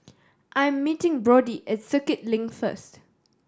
I am meeting Brodie at Circuit Link first